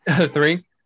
three